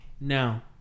Now